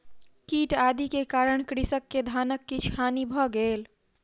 कीट आदि के कारण कृषक के धानक किछ हानि भ गेल